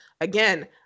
again